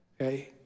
okay